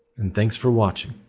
and thanks for watching.